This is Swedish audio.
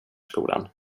skolan